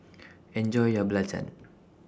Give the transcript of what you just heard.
Enjoy your Belacan